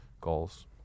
goals